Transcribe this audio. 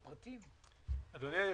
אדוני היושב-ראש,